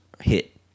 hit